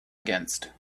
against